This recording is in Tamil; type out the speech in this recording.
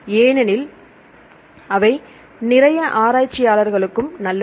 ஏனெனில் அவை நிறைய ஆராய்ச்சியாளர்களுக்கும் நல்லது